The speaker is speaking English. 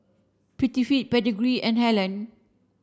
Prettyfit Pedigree and Helen